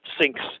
sinks